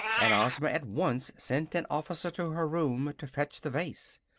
and ozma at once sent an officer to her room to fetch the vase.